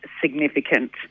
significant